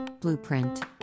blueprint